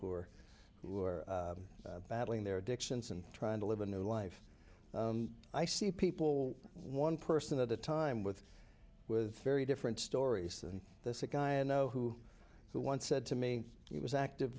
who are who are battling their addictions and trying to live a new life i see people one person at a time with with very different stories than this a guy and know who who once said to me he was active